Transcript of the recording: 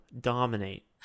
dominate